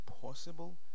possible